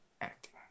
acting